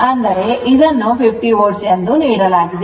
ಅಂದರೆ ಇದನ್ನು 50 volt ಎಂದು ನೀಡಲಾಗಿದೆ